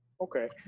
Okay